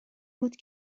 بود